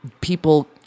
people